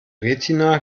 retina